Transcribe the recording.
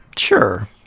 Sure